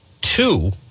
two